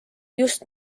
just